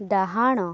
ଡାହାଣ